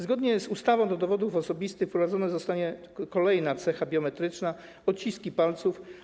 Zgodnie z ustawą do dowodów osobistych wprowadzona zostanie kolejna cecha biometryczna: odciski palców.